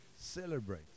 celebrate